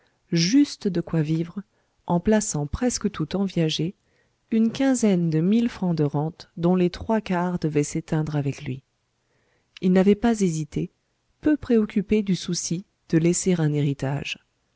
juste de quoi vivre en plaçant presque tout en viager une quinzaine de mille francs de rente dont les trois quarts devaient s'éteindre avec lui il n'avait pas hésité peu préoccupé du souci de laisser un héritage